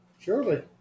Surely